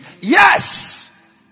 Yes